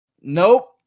Nope